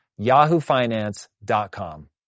yahoofinance.com